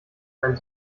meint